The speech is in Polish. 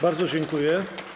Bardzo dziękuję.